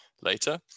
later